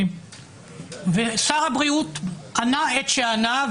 שר הבריאות ענה את שענה,